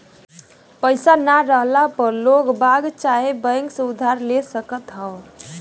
पईसा ना रहला पअ लोगबाग चाहे बैंक से उधार ले सकत हवअ